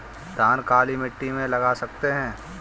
धान काली मिट्टी में लगा सकते हैं?